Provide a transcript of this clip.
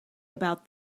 about